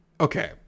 Okay